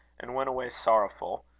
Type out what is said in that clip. and went away sorrowful,